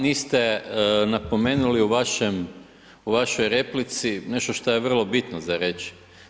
Niste napomenuli u vašoj replici nešto što je vrlo bitno za reći.